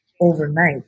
overnight